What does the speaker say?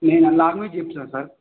నేను లాంగ్వేజ్ చెప్తున్నాను సార్